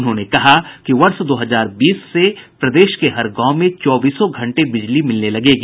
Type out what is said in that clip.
उन्होंने कहा कि वर्ष दो हजार बीस से प्रदेश के हर गांव में चौबीसों घंटे बिजली मिलने लगेगी